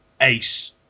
ace